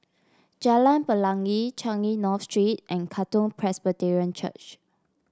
Jalan Pelangi Changi North Street and Katong Presbyterian Church